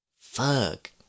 Fuck